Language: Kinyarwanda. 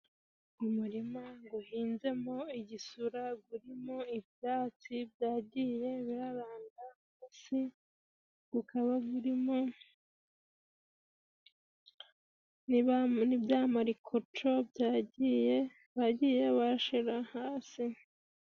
Umurima uhinzemo igisura, urimo ibyatsi byagiye biranda hasi, ukaba urimo n'ibya marikoco bagiye bashyira hasi.